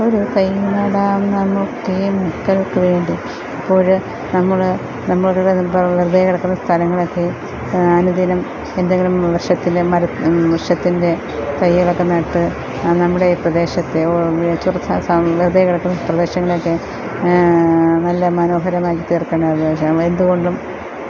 ഒരു തൈ നടാം നമുക്ക് ഈ മക്കൾക്ക് വേണ്ടി അപ്പോഴ് നമ്മൾ നമ്മുടെ എന്താ വെറുതെ കിടക്കുന്ന സ്ഥലങ്ങളൊക്കെ അനുദിനം എന്തെങ്കിലും വൃക്ഷത്തിൻ്റെ മര വൃക്ഷത്തിൻ്റെ തൈകളൊക്കെ നട്ട് നമ്മുടെ ഈ പ്രദേശത്തെ വെറുതെ കിടക്കുന്ന പ്രദേശങ്ങളൊക്കെ നല്ല മനോഹരമായി തീർക്കുന്ന എന്തുകൊണ്ടും